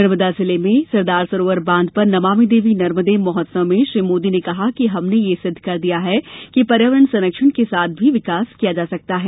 नर्मदा जिले में सरदार सरोवर बांध पर नमामि देवी नर्मदे महोत्सव में श्री मोदी ने कहा कि हमने यह सिद्ध कर दिया है कि पर्यावरण के संरक्षण के साथ भी विकास किया जा सकता है